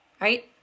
Right